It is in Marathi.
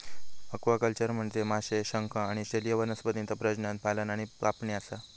ॲक्वाकल्चर म्हनजे माशे, शंख आणि जलीय वनस्पतींचा प्रजनन, पालन आणि कापणी असा